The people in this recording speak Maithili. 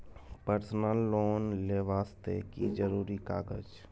पर्सनल लोन ले वास्ते की जरुरी कागज?